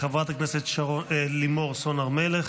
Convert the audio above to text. חברת הכנסת לימור סון הר מלך,